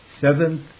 Seventh